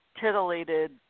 titillated